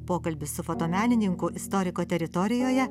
pokalbis su fotomenininku istoriko teritorijoje